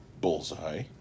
bullseye